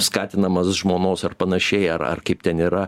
skatinamas žmonos ar panašiai ar ar kaip ten yra